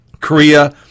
Korea